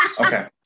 Okay